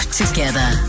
together